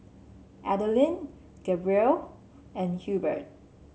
Adaline Gabrielle and Hubert